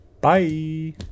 Bye